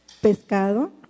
pescado